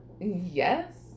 yes